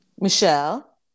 Michelle